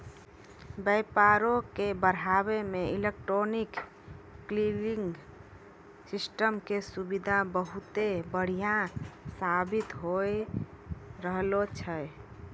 व्यापारो के बढ़ाबै मे इलेक्ट्रॉनिक क्लियरिंग सिस्टम के सुविधा बहुते बढ़िया साबित होय रहलो छै